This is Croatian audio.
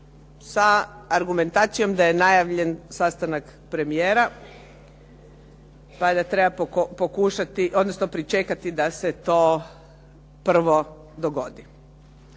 sa argumentacijom da je najavljen sastanak premijera. Valjda treba pokušati, odnosno pričekati da se to prvo dogodi.